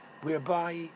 whereby